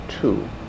two